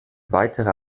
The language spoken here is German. weitere